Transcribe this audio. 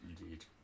Indeed